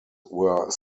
were